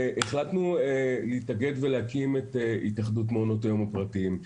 החלטנו להתאגד ולהקים את התאחדות מעונות היום הפרטיים.